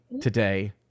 today